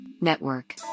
Network